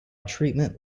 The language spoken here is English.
treatment